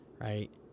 right